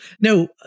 No